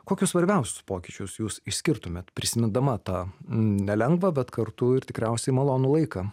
kokius svarbiausius pokyčius jūs išskirtumėt prisimindama tą nelengvą bet kartu ir tikriausiai malonų laiką